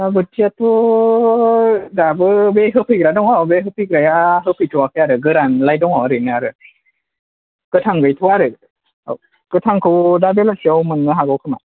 ना बोथियाथ' दाबो बे होफैग्रा दङ बे होफैग्राया होफैथ'वाखै आरो गोरानलाय दङ ओरैनो आरो गोथां गैथ'आ आरो औ गोथांखौ दा बेलासियाव मोननो हागौ खोमा